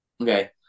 Okay